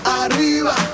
arriba